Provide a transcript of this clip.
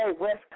West